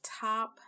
top